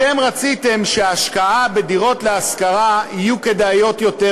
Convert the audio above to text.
אתם רציתם שהשקעה בדירות להשכרה תהיה כדאית יותר,